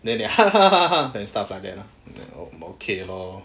then they then stuff like that lor then okay lor